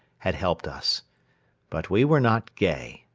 had helped us but we were not gay,